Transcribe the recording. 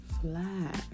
flag